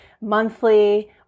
monthly